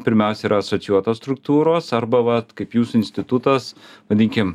pirmiausia yra asocijuotos struktūros arba vat kaip jūsų institutas vadinkim